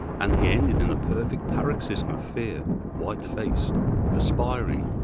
and he ended in a perfect paroxysm of fear white-faced, perspiring,